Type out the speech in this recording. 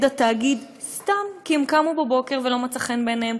התאגיד סתם כי הם קמו בבוקר ולא מצא חן בעיניהם,